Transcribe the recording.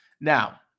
Now